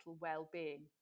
well-being